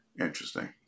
Interesting